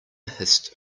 hissed